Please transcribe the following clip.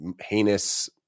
heinous